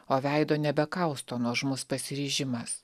o veido nebekausto nuožmus pasiryžimas